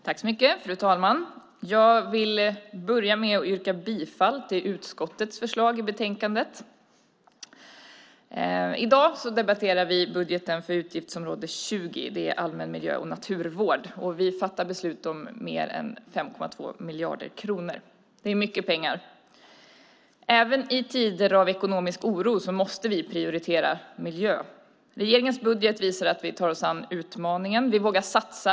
Fru ålderspresident! Jag börjar med att yrka bifall till utskottets förslag i betänkandet. I dag debatterar vi budgeten för utgiftsområde 20 - allmän miljö och naturvård. Vi fattar beslut om mer än 5,2 miljarder kronor. Det är mycket pengar. Även i tider av ekonomisk oro måste vi prioritera miljön. Regeringens budget visar att vi tar oss an utmaningen. Vi vågar satsa.